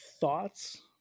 thoughts